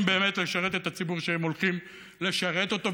באמת לשרת את הציבור שהם הולכים לשרת אותו,